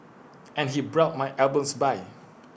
and he brought my albums by